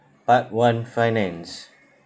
part one finance